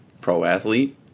pro-athlete